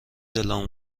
دلم